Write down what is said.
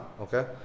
okay